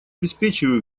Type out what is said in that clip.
обеспечиваю